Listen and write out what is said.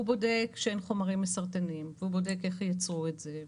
הוא בודק שאין חומרים מסרטנים והוא בודק איך יצרו את זה,